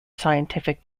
scientific